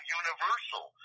universal